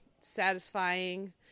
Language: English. satisfying